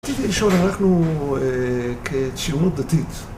רציתי לשאול, אנחנו כציונות דתית